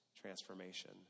transformation